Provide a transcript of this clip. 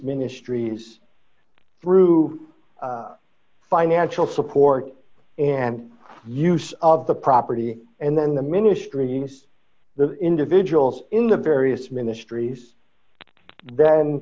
ministries through financial support and use of the property and then the ministry use the individuals in the various ministries